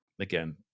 Again